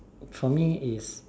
for me is